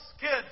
kids